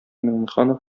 миңнеханов